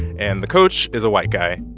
and the coach is a white guy.